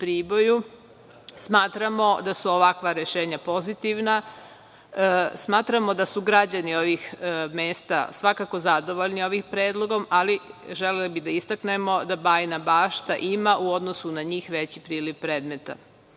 smatramo da su ovakva rešenja pozitivna. Smatramo da su građani ovih mesta svakako zadovoljni ovim predlogom, ali želela bih da istaknemo da Bajina Bašta ima u odnosu na njih veći priliv predmeta.